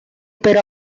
pero